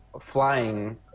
flying